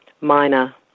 minor